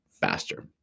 faster